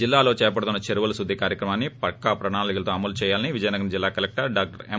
జిల్లాలో చేపడుతున్న చెరువుల శుద్ది కార్యక్రమాన్ని పక్కా ప్రణాళిలతో అమలు చేయాలని విజయనగరం జిల్లా కలెక్టర్ డాక్టర్ ఎం